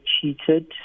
cheated